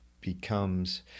becomes